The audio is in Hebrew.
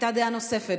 הייתה דעה נוספת,